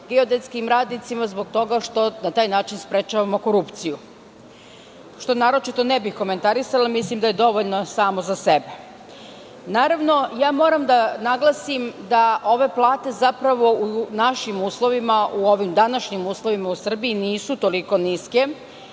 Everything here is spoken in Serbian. geodetskim radnicima zbog toga što na taj način sprečavamo korupciju, što naročito ne bih komentarisala, mislim da je dovoljno samo za sebe. Naravno, moram da naglasim da ove plate, zapravo u našim uslovima, u ovim današnjim uslovima u Srbiji nisu toliko niske,